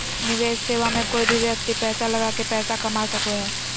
निवेश सेवा मे कोय भी व्यक्ति पैसा लगा के पैसा कमा सको हय